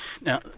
Now